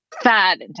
fat